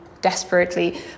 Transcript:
desperately